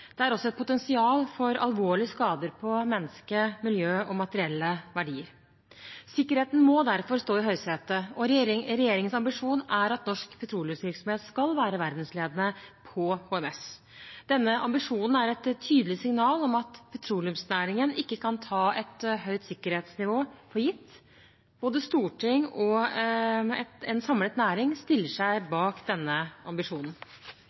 Det er også et potensial for alvorlige skader på mennesker, miljø og materielle verdier. Sikkerheten må derfor stå i høysetet, og regjeringens ambisjon er at norsk petroleumsvirksomhet skal være verdensledende på HMS. Denne ambisjonen er et tydelig signal om at petroleumsnæringen ikke kan ta et høyt sikkerhetsnivå for gitt. Både Stortinget og en samlet næring stiller seg bak denne ambisjonen.